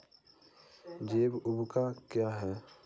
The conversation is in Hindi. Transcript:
जैव ऊर्वक क्या है?